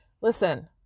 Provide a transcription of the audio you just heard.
listen